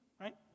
right